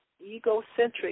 egocentric